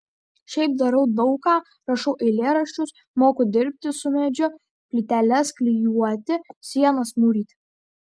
šiaip darau daug ką rašau eilėraščius moku dirbti su medžiu plyteles klijuoti sienas mūryti